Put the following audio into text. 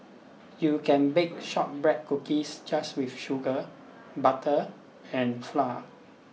you can bake shortbread cookies just with sugar butter and flour